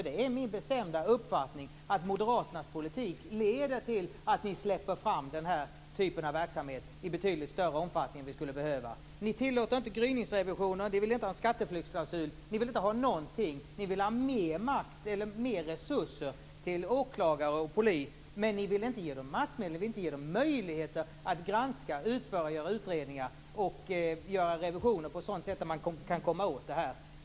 Det är min bestämda uppfattning att Moderaternas politik leder till att den här typen av verksamhet släpps fram i betydligt större omfattning än vad vi skulle behöva. Ni tillåter inte gryningsrevisioner, ni vill inte ha en skatteflyktsklausul, ni vill inte ha någonting. Ni vill ha mer resurser till åklagare och polis, men ni vill inte ge dem maktmedel och möjligheter att granska, göra utredningar och revisioner på ett sådant sätt att de kan komma åt detta.